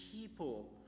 people